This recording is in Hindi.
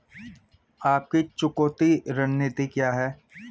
आपकी चुकौती रणनीति क्या है?